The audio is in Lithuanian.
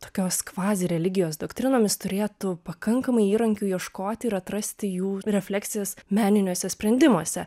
tokios kvazireligijos doktrinomis turėtų pakankamai įrankių ieškoti ir atrasti jų refleksijas meniniuose sprendimuose